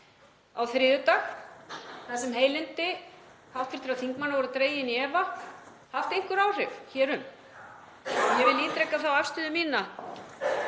á þriðjudag, þar sem heilindi hv. þingmanna voru dregin í efa, haft einhver áhrif hér um. Ég vil ítreka þá afstöðu mína